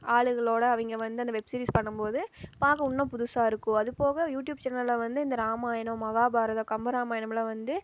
ஆளுகளோடு அவங்க வந்து அந்த வெப் சீரிஸ் பண்ணும்போது பார்க்க இன்னும் புதுசாக இருக்கும் அதுப்போக யூட்யூப் சேனலில் வந்து இந்த ராமாயணம் மகாபாரதம் கம்பராமாயணமெலாம் வந்து